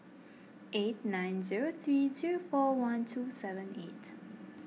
eight nine zero three zero four one two seven eight